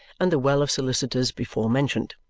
and the well of solicitors before mentioned?